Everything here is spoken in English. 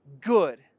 good